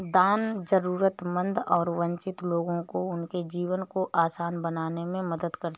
दान जरूरतमंद और वंचित लोगों को उनके जीवन को आसान बनाने में मदद करता हैं